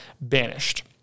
banished